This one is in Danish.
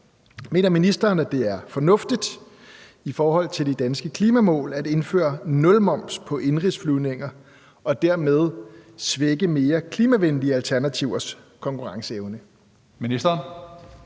Mener ministeren, at det er fornuftigt i forhold til de danske klimamål at indføre nulmoms på indenrigsflyvninger og dermed svække mere klimavenlige alternativers konkurrenceevne?